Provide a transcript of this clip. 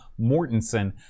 Mortensen